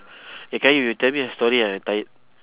eh qayyum you tell me a story ah I tired